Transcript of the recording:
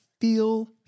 feel